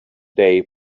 day